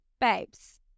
babes